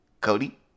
Cody